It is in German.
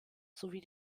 sowie